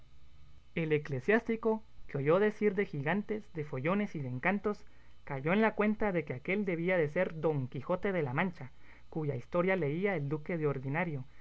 el eclesiástico que oyó decir de gigantes de follones y de encantos cayó en la cuenta de que aquél debía de ser don quijote de la mancha cuya historia leía el duque de ordinario